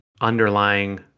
underlying